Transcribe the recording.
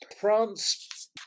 France